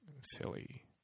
silly